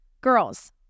Girls